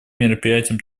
мероприятием